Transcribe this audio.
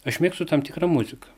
aš mėgstu tam tikra muziką